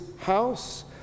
house